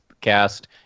cast